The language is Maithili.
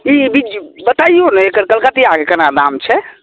ई बिज्जु बतइऔ ने एकर कलकतिआकेँ केना दाम छै